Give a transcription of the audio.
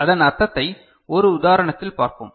அதன் அர்த்தத்தை ஒரு உதாரணத்தில் பார்ப்போம்